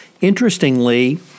Interestingly